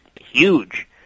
huge